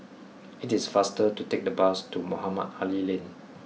it is faster to take the bus to Mohamed Ali Lane